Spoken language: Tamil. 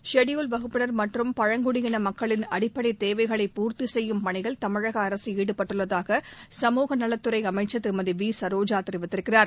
ஷெட்யூல்டு வகுப்பினர் மற்றும் பழங்குடியின மக்களின் அடிப்படை தேவைகளைப் பூர்த்தி செய்யும் பணியில் தமிழக அரசு ஈடுபட்டுள்ளதாக சமூக நலத்துறை அமைச்சர் திருமதி விசரோஜா தெரிவித்திருக்கிறார்